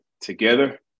together